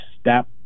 step